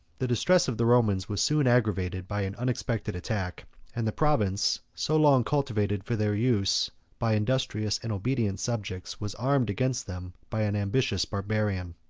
the distress of the romans was soon aggravated by an unexpected attack and the province, so long cultivated for their use by industrious and obedient subjects, was armed against them by an ambitious barbarian.